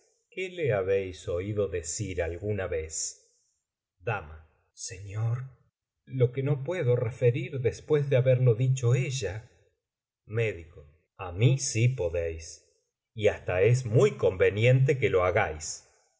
qué le habéis oído decir alguna vez dama señor lo que no puedo referir después de haberlo dicho ella méd a mí sí podéis y hasta es muy conveniente que lo hagáis